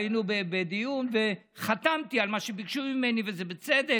היינו בדיון, וחתמתי על מה שביקשו ממני, וזה בצדק,